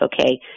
Okay